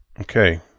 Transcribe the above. Okay